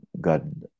God